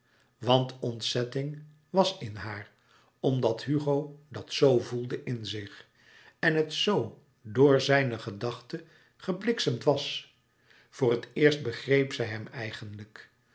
want ontzetting was in haar omdat hugo dat zo voelde in zich en het zo door zijne gedachte gebliksemd was voor het eerst begreep zij hem eigenlijk